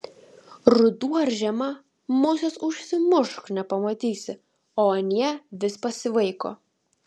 ruduo ar žiema musės užsimušk nepamatysi o anie vis pasivaiko